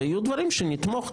ויהיו דברים שנתמוך,